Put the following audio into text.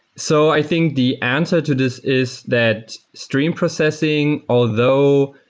so i think the answer to this is that stream processing, although